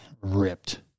ripped